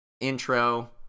intro